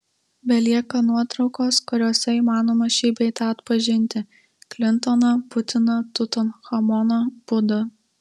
belieka nuotraukos kuriose įmanoma šį bei tą atpažinti klintoną putiną tutanchamoną budą